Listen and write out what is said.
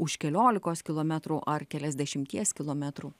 už keliolikos kilometrų ar keliasdešimties kilometrų